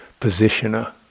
positioner